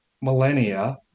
millennia